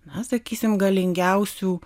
na sakysim galingiausių